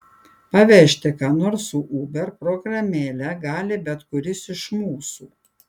pavežti ką nors su uber programėle gali bet kuris iš mūsų